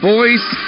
Voice